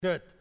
Good